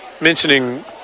mentioning